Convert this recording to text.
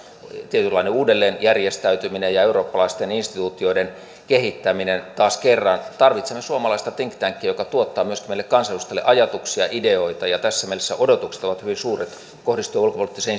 tietynlainen uudelleenjärjestäytyminen ja eurooppalaisten instituutioiden kehittäminen taas kerran tarvitsemme suomalaista think tankia joka tuottaa myöskin meille kansanedustajille ajatuksia ja ideoita tässä mielessä odotukset ovat hyvin suuret kohdistuen ulkopoliittiseen